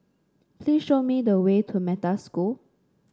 please show me the way to Metta School